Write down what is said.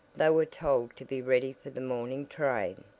they were told to be ready for the morning train.